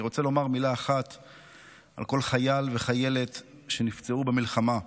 אני רוצה לומר מילה אחת על כל חייל וחיילת שנפצעו במלחמה: